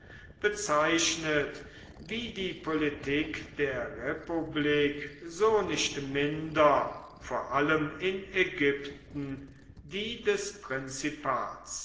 bezeichnet wie die politik der republik so nicht minder und vor allem in ägypten die des prinzipats